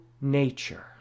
nature